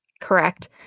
Correct